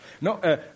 No